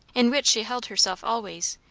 in which she held herself always,